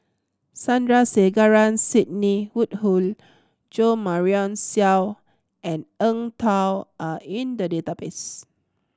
Sandrasegaran Sidney Woodhull Jo Marion Seow and Eng Tow are in the database